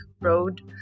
road